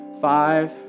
Five